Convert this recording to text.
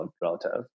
relative